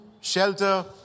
shelter